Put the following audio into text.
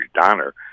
Donner